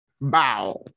Bow